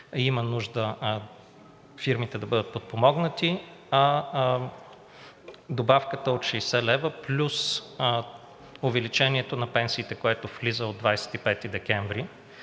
има нужда фирмите да бъдат подпомогнати. Добавката от 60 лв. плюс увеличението на пенсиите, което влиза от 25 декември,